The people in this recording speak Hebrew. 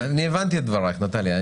אני הבנתי את דבריך, נטליה.